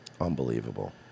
unbelievable